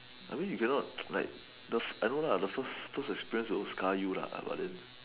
I mean you cannot like I don't know like the first express of scar you